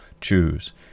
choose